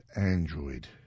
Android